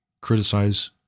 criticize